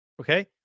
Okay